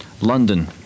London